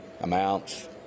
amounts